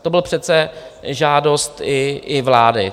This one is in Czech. To byla přece žádost i vlády.